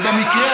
סליחה,